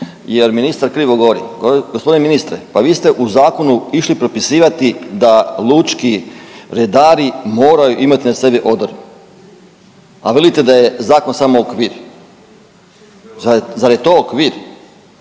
jer ministar krivo govori. Gospodine ministre vi ste u zakonu išli propisivati da lučki redari moraju imati na sebi odore, a velite da je zakon samo okvir. Zar je to okvir?